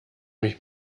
mich